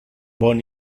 bon